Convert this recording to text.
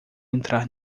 entrar